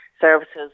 services